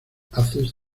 haces